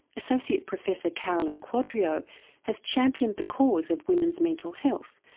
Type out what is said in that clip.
associate professor carolyn quadrio has championed the cause of women's mental health,